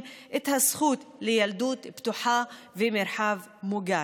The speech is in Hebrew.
את הזכות לילדות בטוחה ומרחב מוגן.